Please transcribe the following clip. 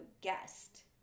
guest